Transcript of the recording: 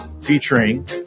featuring